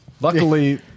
Luckily